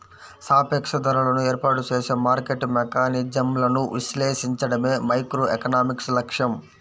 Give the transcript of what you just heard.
సాపేక్ష ధరలను ఏర్పాటు చేసే మార్కెట్ మెకానిజమ్లను విశ్లేషించడమే మైక్రోఎకనామిక్స్ లక్ష్యం